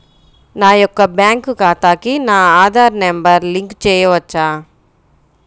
నా యొక్క బ్యాంక్ ఖాతాకి నా ఆధార్ నంబర్ లింక్ చేయవచ్చా?